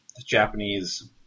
Japanese